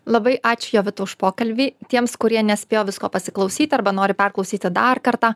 labai ačiū jovita už pokalbį tiems kurie nespėjo visko pasiklausyti arba nori perklausyti dar kartą